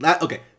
okay